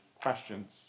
questions